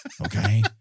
okay